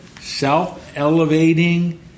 self-elevating